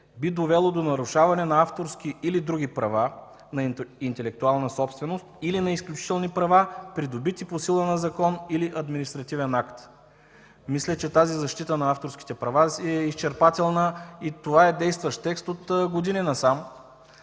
би довело до нарушаване на авторски или други права на интелектуална собственост или на изключителни права, придобити по сила на закон или административен акт.” Мисля, че тази защита на авторските права е изчерпателна. Това е действащ текст от години насам.